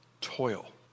toil